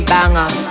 Banger